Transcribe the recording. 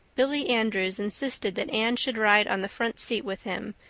billy andrews insisted that anne should ride on the front seat with him,